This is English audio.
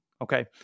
Okay